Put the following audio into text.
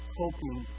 hoping